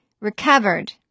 recovered